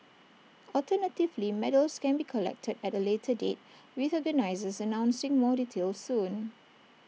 alternatively medals can be collected at A later date with organisers announcing more details soon